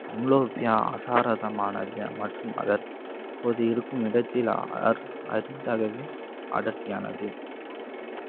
amblyopia அசாரதணமானது மற்றும் இப்போது இருக்கும் இடத்தில் அரிதாகவே அடர்த்தியானது